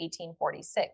1846